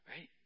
Right